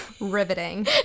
Riveting